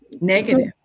Negative